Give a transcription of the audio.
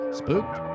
spooked